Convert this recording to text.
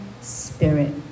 spirit